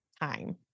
time